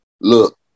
Look